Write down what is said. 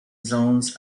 zones